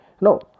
No